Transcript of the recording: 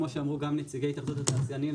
כפי שאמרו גם נציגי התאחדות התעשיינים,